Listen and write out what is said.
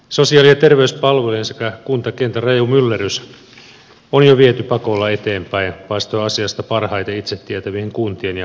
sosiaali ja terveyspalvelujen sekä kuntakentän raju myllerrys on jo viety pakolla eteenpäin vastoin asiasta parhaiten itse tietävien kuntien ja alueitten omaa tahtoa